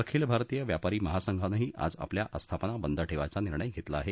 अखिल भारतीय व्यापारी महासंघानेही आज आपल्या आस्थापना बंद ठेवायचा निर्णय घेतला आहे